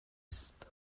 ist